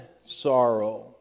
sorrow